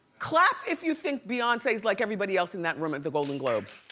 clap if you think beyonce is like everybody else in that room at the golden globes.